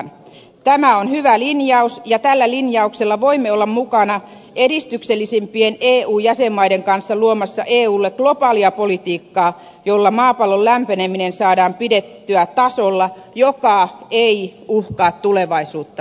tä mä on hyvä linjaus ja tällä linjauksella voimme olla mukana edistyksellisimpien eu jäsenmaiden kanssa luomassa eulle globaalia politiikkaa jolla maapallon lämpeneminen saadaan pidettyä tasolla joka ei uhkaa tulevaisuuttamme